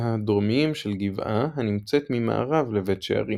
הדרומיים של גבעה הנמצאת ממערב לבית שערים.